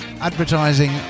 advertising